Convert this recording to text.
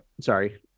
Sorry